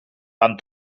van